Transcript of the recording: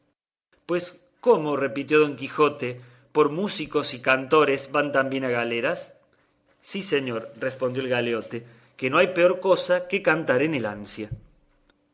pues cómo repitió don quijote por músicos y cantores van también a galeras sí señor respondió el galeote que no hay peor cosa que cantar en el ansia